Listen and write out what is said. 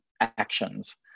actions